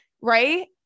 right